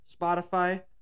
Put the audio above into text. Spotify